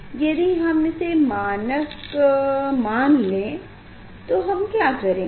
यदि हम इसे मानक मान लें तो हम क्या करेंगे